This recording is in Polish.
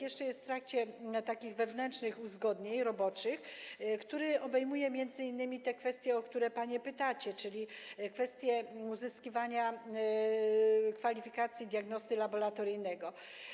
Jeszcze jest on w trakcie wewnętrznych uzgodnień, roboczych, które obejmują m.in. te kwestie, o które panie pytacie, czyli kwestie uzyskiwania kwalifikacji diagnosty laboratoryjnego.